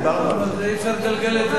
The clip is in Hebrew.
אבל אי-אפשר לגלגל את זה אליו.